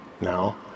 Now